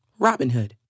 Robinhood